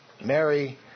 Mary